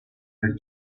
nel